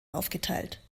aufgeteilt